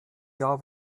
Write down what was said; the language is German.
jahr